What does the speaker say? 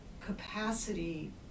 capacity